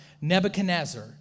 Nebuchadnezzar